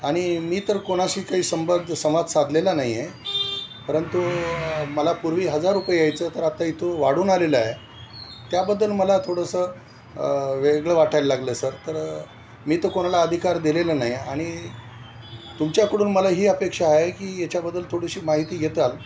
आणि मी तर कोणाशी काही संबंध संवाद साधलेला नाही आहे परंतु मला पूर्वी हजार रुपये यायचं तर आता इथून वाढून आलेलं आहे त्याबद्दल मला थोडंसं वेगळं वाटायला लागलं सर तर मी तर कोणाला अधिकार दिलेलं नाही आणि तुमच्याकडून मला ही अपेक्षा आहे की याच्याबद्दल थोडीशी माहिती घेताल